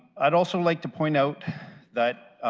i would also like to point out that